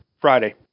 Friday